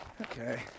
Okay